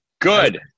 Good